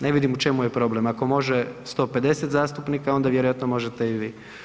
Ne vidim u čemu je problem, ako može 150 zastupnika, onda vjerojatno možete i vi.